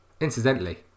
Incidentally